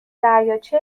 دریاچه